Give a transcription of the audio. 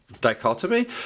dichotomy